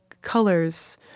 colors